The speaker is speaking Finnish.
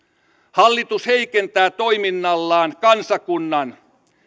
hallitus heikentää toiminnallaan kansakunnan